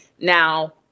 Now